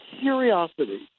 curiosity